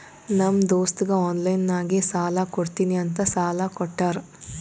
ನಮ್ ದೋಸ್ತಗ ಆನ್ಲೈನ್ ನಾಗೆ ಸಾಲಾ ಕೊಡ್ತೀನಿ ಅಂತ ಸಾಲಾ ಕೋಟ್ಟಾರ್